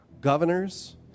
governors